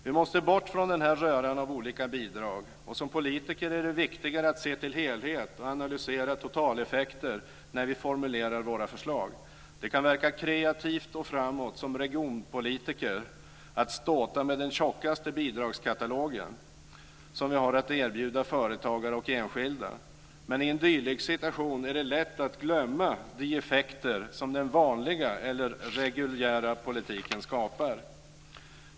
Vi måste bort från den här röran av olika bidrag, och som politiker är det viktigare att se till helheten och analysera totaleffekt när vi formulerar våra förslag. Det kan verka kreativt och framåt att som regionpolitiker ståta med den tjockaste bidragskatalogen som vi har att erbjuda företagare och enskilda. I en dylik situation är det lätt att glömma de effekter som den "vanliga" eller reguljära politiken skapar.